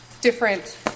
different